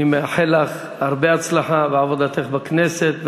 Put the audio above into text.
אני מאחל לך הרבה הצלחה בעבודתך בכנסת,